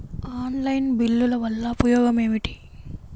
Online బిల్లుల వల్ల ఉపయోగమేమిటీ?